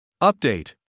Update